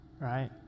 right